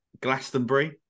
Glastonbury